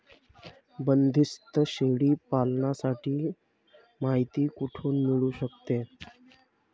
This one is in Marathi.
बंदीस्त शेळी पालनाची मायती कुठून मिळू सकन?